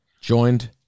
Joined